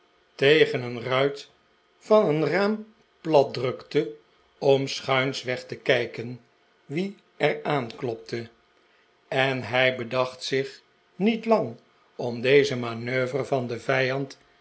deugd een ruit van het raam plat drukte om schuinsweg te kljken wie er aanklopte en hii bedacht zich niet lang om deze manoeuvre van den vijand